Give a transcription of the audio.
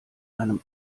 einem